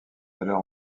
alors